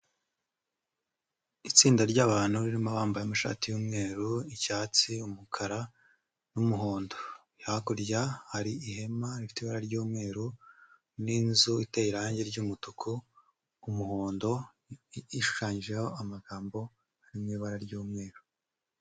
Itsinda ry'abantu ririmo abambaye amashati y'umweru, icyatsi, umukara n'umuhondo. Hakurya hari ihema rifite ibara ry'umweru n'inzu iteye irangi ry'umutuku, umuhondo ishushanyijeho amagambo ari mu ibara ry'umweru.